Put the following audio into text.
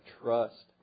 trust